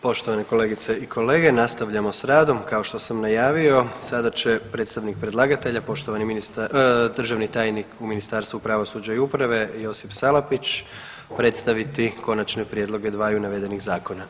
Poštovane kolegice i kolege, nastavljamo s radom, kao što sam najavio sada će predstavnik predlagatelja poštovani ministar, državni tajnik u Ministarstvu pravosuđa i uprave Josip Salapić predstaviti konačne prijedloge dvaju navedenih zakona.